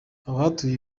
abahatuye